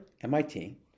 MIT